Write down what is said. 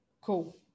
Cool